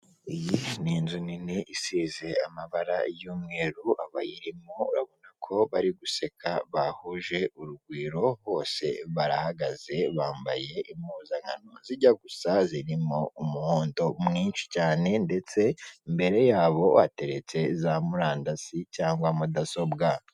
Agapalastiki k'umukara kifashi kifashishwa mu kubika ibintu mu gikori cyangwa se mu rugo gafite amaboko mu mpande zombi katobaguye kandi gatobaguye mu mpande zose, mo hagati kabitse mo hagati gateretsemo amagi atatu ndetse n'akandi gakoko gusa katagaragara neza ikirimo. Kandi kari ako gatebo gateretseho ako gapalasitike kari ku meza y'umweru irambuye.